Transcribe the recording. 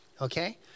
Okay